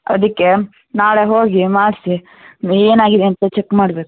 ಅದಕ್ಕೆ ನಾಳೆ ಹೋಗಿ ಮಾಡಿಸಿ ಏನಾಗಿದೆ ಅಂತ ಚೆಕ್ ಮಾಡಬೇಕು